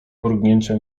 mrugnięcia